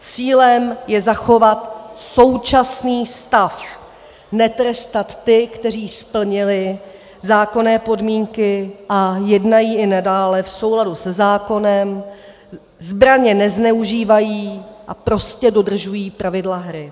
Cílem je zachovat současný stav netrestat ty, kteří splnili zákonné podmínky a jednají i nadále v souladu se zákonem, zbraně nezneužívají a prostě dodržují pravidla hry.